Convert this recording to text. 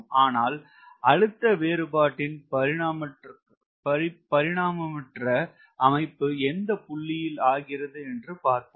ஆனால் அழுத்த வேறுபாட்டின் பரிணாமமற்ற அமைப்பு எந்த புள்ளியில் ஆகிறது என்று பார்ப்போம்